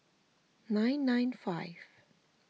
nine nine five